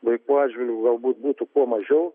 vaikų atžvilgiu galbūt būtų kuo mažiau